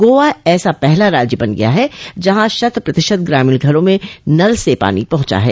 गोवा ऐसा पहला राज्य बन गया है जहां शत प्रतिशत ग्रामीण घरों में नल से पानी पहुंचा है